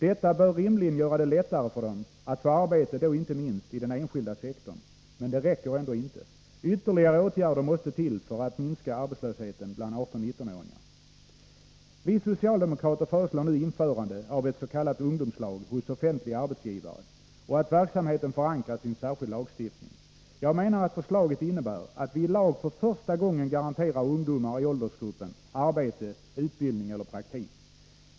Detta bör rimligen göra det lättare för dem att få arbete, då inte minst i den enskilda sektorn. Men det räcker ändå inte. Ytterligare åtgärder måste till för att minska arbetslösheten bland 18-19-åringarna. Vi socialdemokrater föreslår nu att s.k. ungdomslag införs hos offentliga arbetsgivare och att verksamheten förankras i en särskild lagstiftning. Jag menar att förslaget innebär att vi för första gången i lag garanterar ungdomar i åldersgruppen arbete, utbildning eller praktik.